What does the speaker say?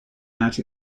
out